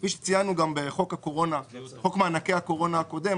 כפי שציינו גם בחוק מענקי הקורונה הקודם,